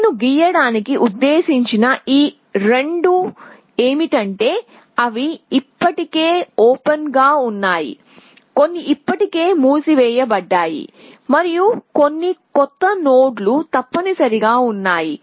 నేను గీయడానికి ఉద్దేశించిన ఈ రెండు ఏమిటంటే అవి ఇప్పటికే ఓపెన్ గా ఉన్నాయి కొన్ని ఇప్పటికే మూసివేయబడ్డాయి మరియు కొన్ని కొత్త నోడ్లు తప్పనిసరిగా ఉన్నాయి